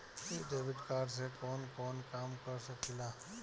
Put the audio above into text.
इ debit card से कवन कवन काम कर सकिला?